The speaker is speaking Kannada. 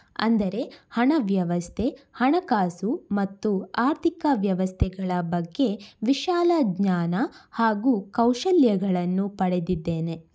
ಅಂದರೆ ಹಣ ವ್ಯವಸ್ಥೆ ಹಣಕಾಸು ಮತ್ತು ಆರ್ಥಿಕ ವ್ಯವಸ್ಥೆಗಳ ಬಗ್ಗೆ ವಿಶಾಲ ಜ್ಞಾನ ಹಾಗೂ ಕೌಶಲ್ಯಗಳನ್ನು ಪಡೆದಿದ್ದೇನೆ